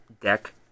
deck